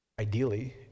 ideally